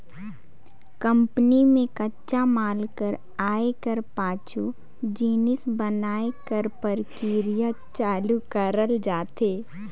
company में कच्चा माल कर आए कर पाछू जिनिस बनाए कर परकिरिया चालू करल जाथे